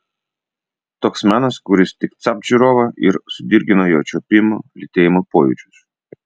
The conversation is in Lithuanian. toks menas kuris tik capt žiūrovą ir sudirgina jo čiuopimo lytėjimo pojūčius